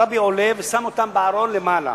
הרבי עולה ושם אותה בארון למעלה.